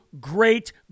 great